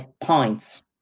points